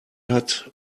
hat